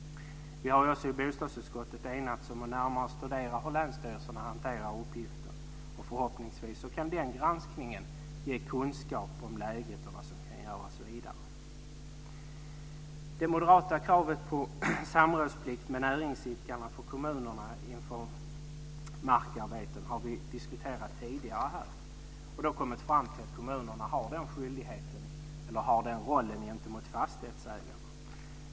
Vi har också i bostadsutskottet enats om att närmare studera hur länsstyrelserna hanterar uppgiften. Förhoppningsvis kan den granskningen ge kunskap om läget och om vad som kan göras vidare. Det moderata kravet på samrådsplikt med näringsidkare för kommunerna inför markarbeten har vi diskuterat tidigare. Vi har kommit fram till att kommunerna har den rollen gentemot fastighetsägarna.